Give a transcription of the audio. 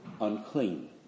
unclean